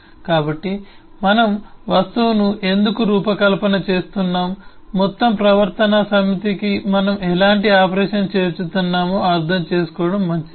కాబట్టి మనం వస్తువును ఎందుకు రూపకల్పన చేస్తున్నాము మొత్తం ప్రవర్తన సమితికి మనం ఎలాంటి ఆపరేషన్ చేర్చుతున్నామో అర్థం చేసుకోవడం మంచిది